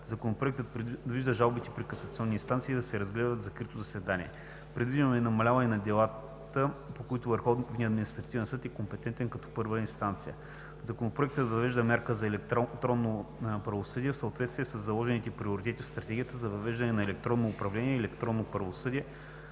Законопроектът предвижда жалбите пред касационна инстанция да се разглеждат в закрити заседания. Предвидено е намаляване на делата, по които Върховният административен съд е компетентен като първа инстанция. Законопроектът въвежда мерки за електронно правосъдие в съответствие със заложените приоритети в Стратегията за въвеждане на електронно управление и електронно правосъдие